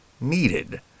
needed